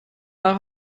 nach